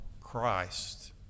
Christ